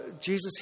Jesus